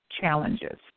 challenges